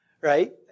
Right